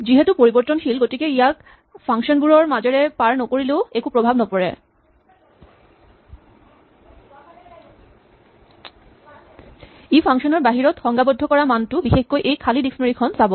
যিহেতু পৰিবৰ্তশীল গতিকে ইয়াক ফাংচন বোৰৰ মাজেৰে পাৰ নকৰিলেও একো প্ৰভাৱ নপৰে ই ফাংচন ৰ বাহিৰত সংজ্ঞাবদ্ধ কৰা মানটো বিশেষকৈ এই খালী ডিক্সনেৰী খন চাব